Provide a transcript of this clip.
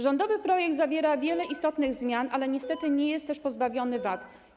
Rządowy projekt zawiera wiele istotnych zmian, ale niestety nie jest też pozbawiony wad.